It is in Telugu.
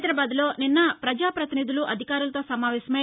హైదరాబాద్లో నిన్న పజా పదినిధులు అధికారులతో సమావేశమై